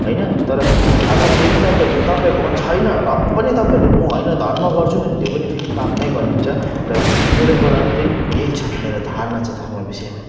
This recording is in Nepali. होइन तर अब फेरि तपाईँहरूले तपाईँहरूकोमा छैन र पनि तपाईँहरूले म होइन धर्म गर्छु भन्यो त्यो पनि फेरि पापमै गनिन्छ र मेरोबाट त्यही यही छ मेरो धारणा चाहिँ धर्म विषयमा